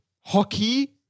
Hockey